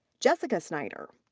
jessica snyder.